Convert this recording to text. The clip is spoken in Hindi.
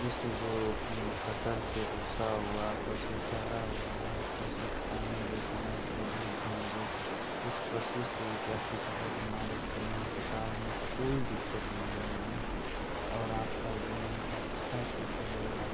उस जो फ़स्ल से भूसा हुआ पशु चारा हुआ पशु खाएँगे समय से दूध देंगे कुछ पशु से प्राफिट होगा तुम्हारे जीवनकाल में कोई दिक्कत नहीं होगी और आपका जीवन अच्छा से चलेगा